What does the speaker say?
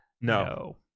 No